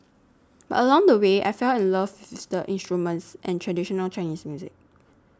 but along the way I fell in love with the instruments and traditional Chinese music